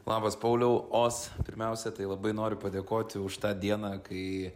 labas pauliau os pirmiausia tai labai noriu padėkoti už tą dieną kai